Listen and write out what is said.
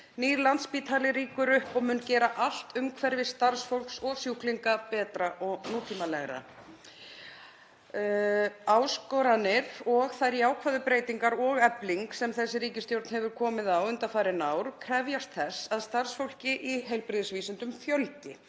Nýr Landspítali rýkur upp og mun gera allt umhverfi starfsfólks og sjúklinga betra og nútímalegra. Áskoranir og þær jákvæðu breytingar og efling sem þessi ríkisstjórn hefur komið á undanfarin ár krefjast þess að starfsfólki í heilbrigðisvísindum fjölgi,